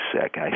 sick